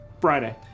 Friday